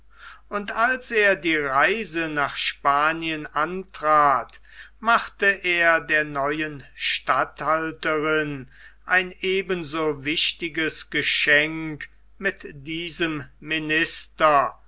und als er die reise nach spanien antrat machte er der neuen statthalterin ein eben so wichtiges geschenk mit diesem minister